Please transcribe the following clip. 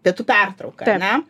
pietų pertrauka ar ne